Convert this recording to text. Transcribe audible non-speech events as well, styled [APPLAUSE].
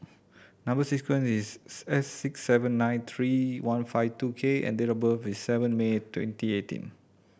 number sequence is [UNINTELLIGIBLE] S six seven nine three one five two K and date of birth is seven May twenty eighteen